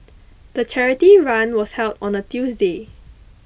the charity run was held on a Tuesday